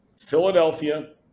Philadelphia